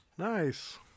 Nice